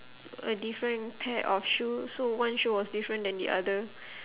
a different pair of shoe so one shoe was different than the other